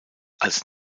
als